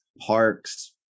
parks